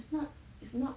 if not it's not